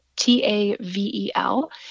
T-A-V-E-L